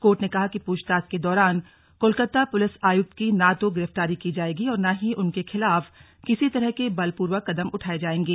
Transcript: court ने कहा कि पूछताछ के दौरान कोलकाता पुलिस आयक्त की न तो गिरफ्तारी की जाएगी और न ही उनके खिलाफ किसी तरह के बलपूर्वक कदम उठाये जाएंगे